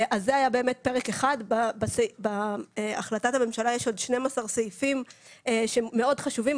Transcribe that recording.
זה היה פרק 1. בהחלטת הממשלה יש עוד 12 סעיפים מאוד חשובים,